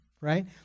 right